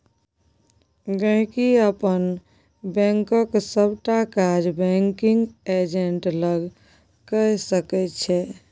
गांहिकी अपन बैंकक सबटा काज बैंकिग एजेंट लग कए सकै छै